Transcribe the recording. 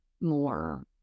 more